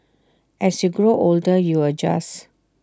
as you grow older you adjust